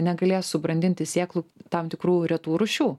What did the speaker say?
negalės subrandinti sėklų tam tikrų retų rūšių